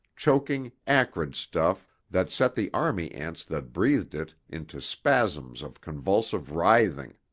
choking, acrid stuff that set the army ants that breathed it into spasms of convulsive writhing.